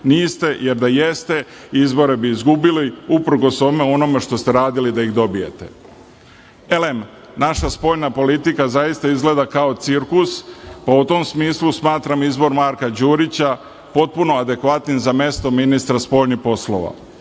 Niste, jer da jeste, izbore bi izgubili, uprkos onome što ste radili da ih dobijete. Elem, naša spoljna politika zaista izgleda kao cirkus, pa u tom smislu smatram izbor Marka Đurića potpuno adekvatnim za mesto ministra spoljnih poslova.